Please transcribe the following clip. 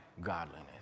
godliness